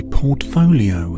portfolio